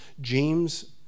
James